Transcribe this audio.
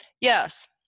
Yes